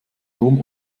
dom